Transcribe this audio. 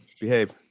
Behave